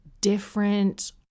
different